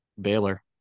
Baylor